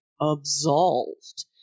absolved